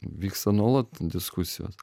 vyksta nuolat diskusijos